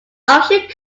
official